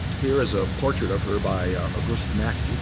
here is a portrait of her by august macke yeah